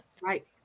right